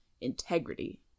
integrity